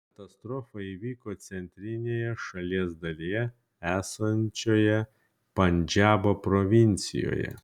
katastrofa įvyko centrinėje šalies dalyje esančioje pandžabo provincijoje